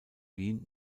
wien